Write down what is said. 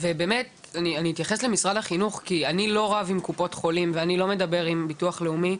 אני לא זה שרב עם קופות חולים ומדבר עם הביטוח הלאומי,